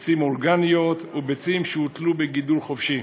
ביצים אורגניות וביצים שהוטלו בגידול חופשי.